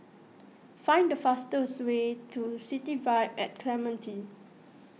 find the fastest way to City Vibe at Clementi